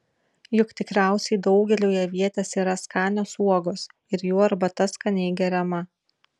juk tikriausiai daugeliui avietės yra skanios uogos ir jų arbata skaniai geriama